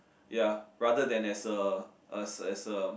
ya rather than as a as a